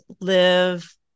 live